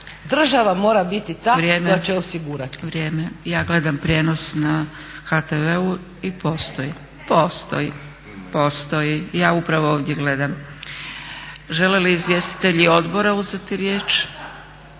Država mora biti ta koja će osigurati. **Zgrebec, Dragica (SDP)** Ja gledam prijenos na HTV-u i postoji, postoji. Ja upravo ovdje gledam. Žele li izvjestitelji odbora uzeti riječ?